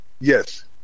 Yes